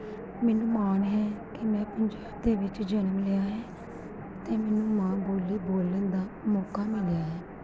ਮੈਨੂੰ ਮਾਣ ਹੈ ਕਿ ਮੈਂ ਪੰਜਾਬ ਦੇ ਵਿੱਚ ਜਨਮ ਲਿਆ ਹੈ ਅਤੇ ਮੈਨੂੰ ਮਾਂ ਬੋਲੀ ਬੋਲਣ ਦਾ ਮੌਕਾ ਮਿਲਿਆ ਹੈ